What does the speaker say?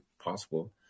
possible